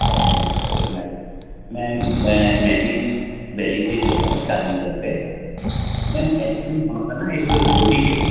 Lakshmi Nagar okay جی ma'am ma'am میں میں بھی دہلی سے ہی بول رہا ہوں چاندنی چوک سے میم ایکچولی ہمارا نا ایک بوٹیک ہے